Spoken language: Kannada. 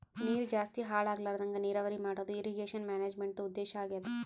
ನೀರ್ ಜಾಸ್ತಿ ಹಾಳ್ ಆಗ್ಲರದಂಗ್ ನೀರಾವರಿ ಮಾಡದು ಇರ್ರೀಗೇಷನ್ ಮ್ಯಾನೇಜ್ಮೆಂಟ್ದು ಉದ್ದೇಶ್ ಆಗ್ಯಾದ